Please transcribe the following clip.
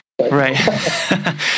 right